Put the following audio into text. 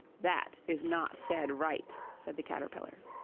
that is not said right said the caterpillar.